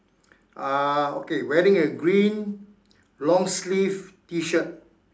uh okay wearing a green long sleeve T-shirt